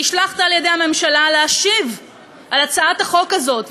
נשלחת על-ידי הממשלה להשיב על הצעת החוק הזאת,